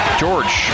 George